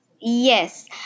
Yes